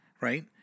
right